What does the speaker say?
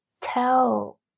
tell